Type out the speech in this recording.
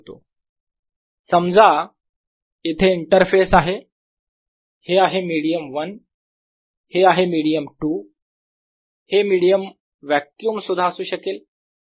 Dfree Dn2 Dn1free समजा इथे interface आहे हे आहे मिडीयम 1 हे आहे मिडीयम 2 हे मिडीयम व्याक्युम सुद्धा असू शकेल